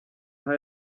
aha